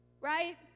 right